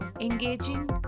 engaging